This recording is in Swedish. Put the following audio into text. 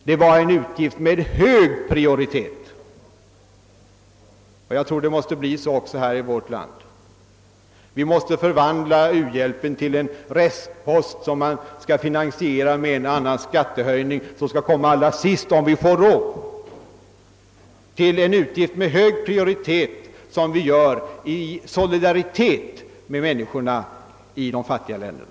Det var en utgift med hög prioritet, och jag tror att det måste bli så också i vårt land. Vi måste förvandla u-hjälpen från en restpost, som man kan finansiera med en extra skattehöjning och som skall komma sist om man får råd, till en utgift med hög prioritet som vi ger i solidaritet med människorna i de fattiga länderna.